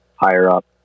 higher-up